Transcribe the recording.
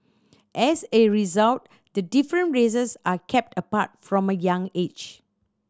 as a result the different races are kept apart from a young age